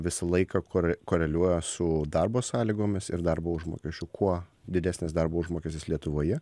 visą laiką kore koreliuoja su darbo sąlygomis ir darbo užmokesčiu kuo didesnis darbo užmokestis lietuvoje